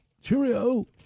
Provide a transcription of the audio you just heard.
Cheerio